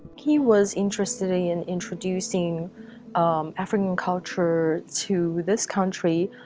he was interested in introducing african culture to this country